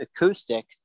acoustic